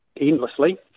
endlessly